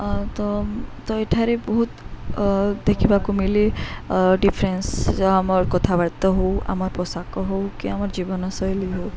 ଅ ତ ତ ଏଠାରେ ବହୁତ ଦେଖିବାକୁ ମିଳେ ଡିଫରେନ୍ସ ଆମର୍ କଥାବାର୍ତ୍ତା ହଉ ଆମର୍ ପୋଷାକ ହଉ କି ଆମର୍ ଜୀବନଶୈଳୀ ହଉ